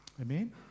Amen